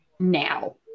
now